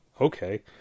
Okay